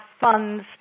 funds